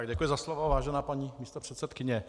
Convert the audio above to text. Děkuji za slovo, vážená paní místopředsedkyně.